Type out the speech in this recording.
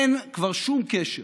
אין כבר שום קשר